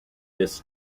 this